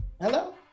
Hello